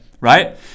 right